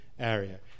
area